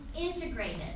integrated